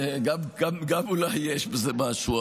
אולי יש בזה משהו,